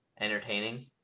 entertaining